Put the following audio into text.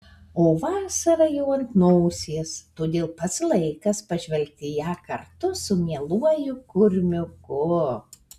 o vasara jau ant nosies todėl pats laikas pažvelgti į ją kartu su mieluoju kurmiuku